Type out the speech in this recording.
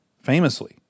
famously